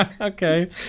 okay